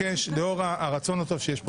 לאור הרצון הטוב שיש פה,